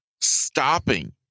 stopping